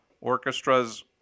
orchestras